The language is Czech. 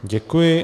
Děkuji.